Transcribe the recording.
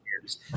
years